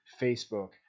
Facebook